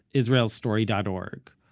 israelstory dot org,